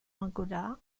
angola